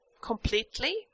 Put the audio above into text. completely